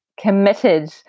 committed